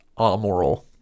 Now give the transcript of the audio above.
amoral